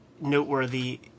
noteworthy